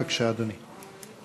בבקשה, אדוני.